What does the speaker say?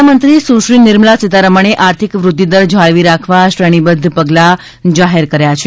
નાણાંમંત્રી સુશ્રી નિર્મળા સીતારમણે આર્થિક વૃદ્ધિદર જાળવી રાખવા શ્રેણીબદ્ધ પગલાં જાહેર કર્યા છે